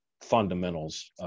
fundamentals